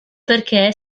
perché